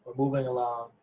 moving along,